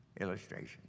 illustration